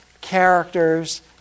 characters